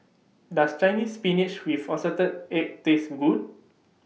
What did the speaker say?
Does Chinese Spinach with Assorted Eggs Taste Good